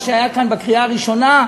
מה שהיה כאן בקריאה הראשונה,